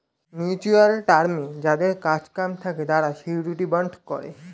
mutual টার্মে যাদের কাজ কাম থাকে তারা শিউরিটি বন্ড করে